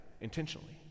intentionally